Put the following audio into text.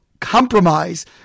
compromise